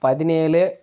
பதினேழு